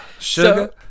Sugar